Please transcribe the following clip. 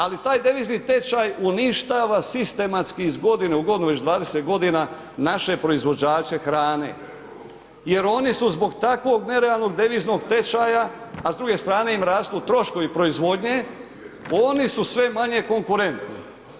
Ali taj devizni tečaj uništava sistematski iz godine u godinu, već 20 godina naše proizvođače hrane jer oni su zbog takvog nerealnog deviznog tečaja, a s druge strane im rastu troškovi proizvodnje, oni su sve manje konkurentni.